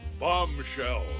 Bombshell